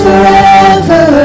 Forever